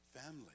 family